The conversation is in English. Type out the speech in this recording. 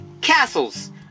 castles